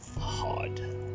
hard